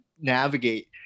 navigate